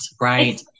Right